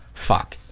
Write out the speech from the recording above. fuck.